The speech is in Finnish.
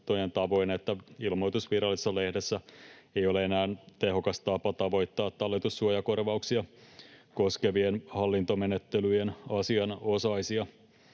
että ilmoitus Virallisessa lehdessä ei ole enää tehokas tapa tavoittaa talletussuojakorvauksia koskevien hallintomenettelyjen asianosaisia.